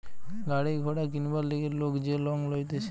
গাড়ি ঘোড়া কিনবার লিগে লোক যে লং লইতেছে